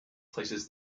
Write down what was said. places